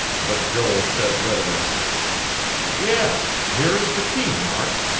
but joel said readily yes. here is the key, mark.